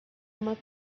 uma